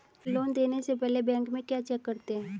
Loan देने से पहले बैंक में क्या चेक करते हैं?